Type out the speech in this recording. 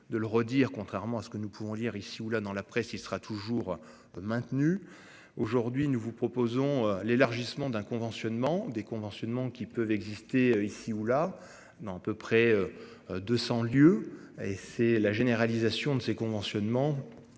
de le redire, contrairement à ce que nous pouvons lire ici ou là dans la presse, il sera toujours. Maintenue aujourd'hui, nous vous proposons l'élargissement d'un conventionnement déconventionnement qui peuvent exister ici ou là dans à peu près. De 100 lieu et c'est la généralisation de ces conventionnement